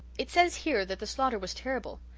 it says here that the slaughter was terrible.